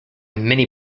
many